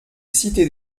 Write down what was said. cité